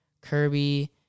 Kirby